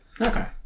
Okay